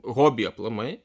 hobį aplamai